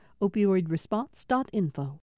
Opioidresponse.info